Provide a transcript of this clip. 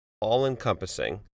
all-encompassing